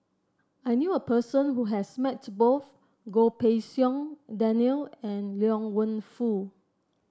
I knew a person who has met both Goh Pei Siong Daniel and Liang Wenfu